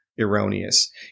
erroneous